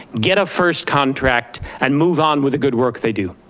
get a first contract, and move on with the good work they do,